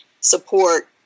support